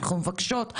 אנחנו מבקשות,